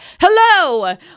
hello